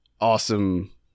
awesome